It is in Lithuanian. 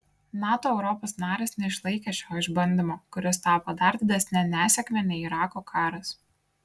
nato europos narės neišlaikė šio išbandymo kuris tapo dar didesne nesėkme nei irako karas